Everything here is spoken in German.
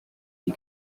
die